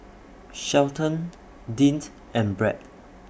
Shelton Deante and Brett